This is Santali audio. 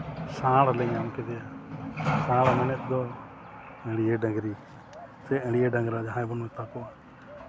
ᱥᱟᱬ ᱞᱮ ᱧᱟᱢ ᱠᱮᱫᱮᱭᱟ ᱥᱟᱬ ᱢᱮᱱᱮᱫ ᱫᱚ ᱟᱹᱲᱭᱟᱹ ᱰᱟᱹᱝᱨᱤ ᱥᱮ ᱟᱹᱲᱭᱟᱹ ᱰᱟᱝᱨᱟ ᱡᱟᱦᱟᱸᱭ ᱵᱚᱱ ᱢᱮᱛᱟ ᱠᱚᱣᱟ